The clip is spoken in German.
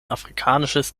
afrikanisches